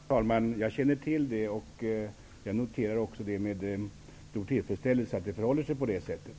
Herr talman! Jag känner till detta, och noterar också med stor tillfredsställelse att det förhåller sig på det sättet.